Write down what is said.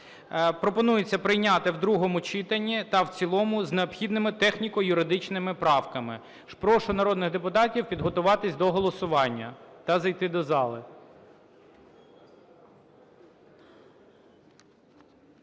Пропонується прийняти в другому читанні та в цілому з необхідними техніко-юридичними правками. Прошу народних депутатів підготуватись до голосування та зайти до зали